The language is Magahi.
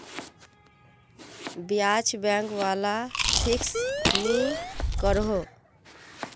ब्याज़ बैंक वाला फिक्स नि करोह